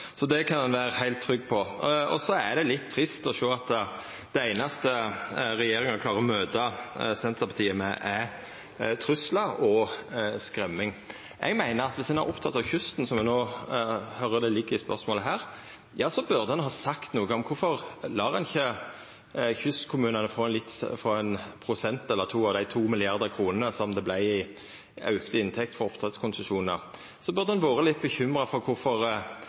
Det kan representanten vera heilt trygg på. Så er det litt trist å sjå at det einaste regjeringa klarer å møta Senterpartiet med, er truslar og skremming. Eg meiner at viss ein er oppteken av kysten, som ein no høyrer ligg i spørsmålet her, burde ein ha sagt noko om kvifor ein ikkje lèt kystkommunane få ein prosent eller to av dei 2 mrd. kr som det vart i auka inntekt for oppdrettskonsesjonar. Ein burde ha vore litt bekymra for